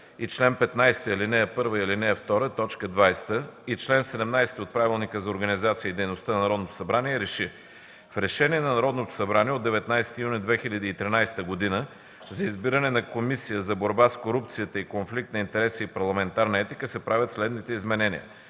и чл. 15, ал. 1 и ал. 2, т. 20, и чл. 17 от Правилника за организацията и дейността на Народното събрание РЕШИ: В Решение на Народното събрание от 19 юни 2013 г. за избиране на Комисия за борба с корупцията и конфликт на интереси и парламентарна етика се правят следните изменения: